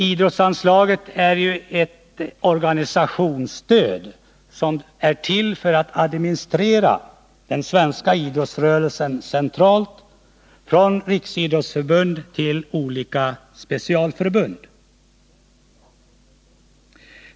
Idrottsanslaget är ju ett organisationsstöd som är till för att administrera den svenska idrottsrörelsen centralt, från riksidrottsförbundet till olika specialförbund.